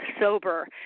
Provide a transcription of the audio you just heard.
sober